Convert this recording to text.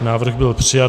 Návrh byl přijat.